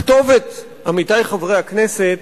הכתובת, עמיתי חברי הכנסת,